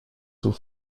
sous